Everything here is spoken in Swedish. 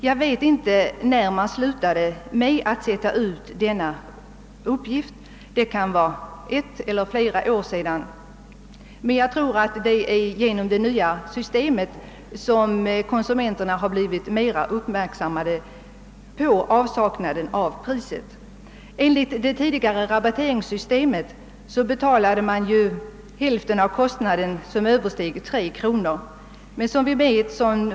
Jag vet inte när apoteken upphörde med att sätta ut denna prisuppgift — det kan vara ett år eller flera år sedan — men jag tror att det är i och med det nya rabatteringssystemets införande som konsumenterna blivit mera uppmärksammade på avsaknaden av prisuppgift. Enligt det tidigare rabatteringssystemet betalade den enskilde hälften av den kostnad som översteg 3 kronor. Det var lätt att räkna ut priset på läkemedlen.